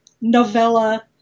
novella